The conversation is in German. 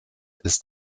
ist